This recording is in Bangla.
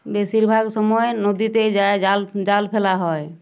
বেশিরভাগ সময় নদীতে যায় জাল জাল ফেলা হয়